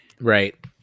Right